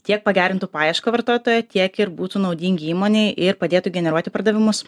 tiek pagerintų paiešką vartotojo tiek ir būtų naudingi įmonei ir padėtų generuoti pardavimus